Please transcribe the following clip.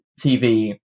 tv